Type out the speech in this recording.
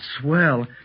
Swell